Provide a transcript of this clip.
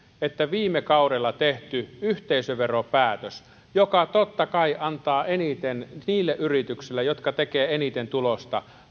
että viime kaudella tehty yhteisöveropäätös joka totta kai antaa eniten niille yrityksille jotka tekevät eniten tulosta